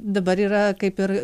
dabar yra kaip ir